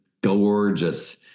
gorgeous